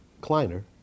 Kleiner